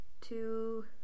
Two